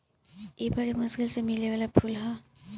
इ बरी मुश्किल से मिले वाला फूल ह